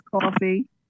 Coffee